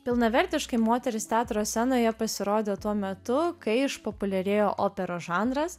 pilnavertiškai moterys teatro scenoje pasirodė tuo metu kai išpopuliarėjo operos žanras